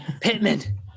Pittman